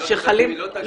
אם היא לא תגיד --- לא,